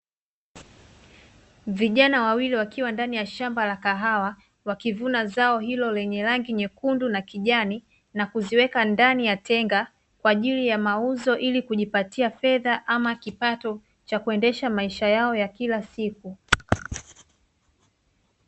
Vijana wawili wakiwa ndani ya shamba la kahawa wakivuna zao hilo lenye rangi nyekundu na kijani, na kuziweka ndani ya tenga kwa ajili ya mauzo, ili kujipatia fedha ama kipato cha kuendesha maisha yao ya kila siku.